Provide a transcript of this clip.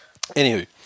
Anywho